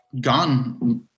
gone